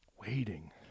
waiting